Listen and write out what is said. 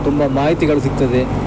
ತುಂಬ ಮಾಹಿತಿಗಳು ಸಿಕ್ತದೆ